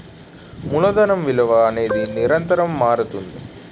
మూలధనం విలువ అనేది నిరంతరం మారుతుంటుంది